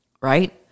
Right